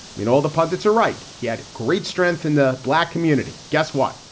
mean, all the pundits are right. he had great strength in the black community. guess what?